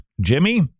jimmy